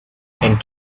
and